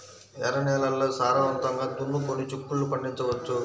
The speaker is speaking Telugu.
ఎర్ర నేలల్లో సారవంతంగా దున్నుకొని చిక్కుళ్ళు పండించవచ్చు